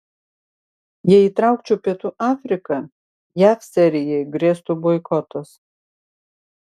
jei įtraukčiau pietų afriką jav serijai grėstų boikotas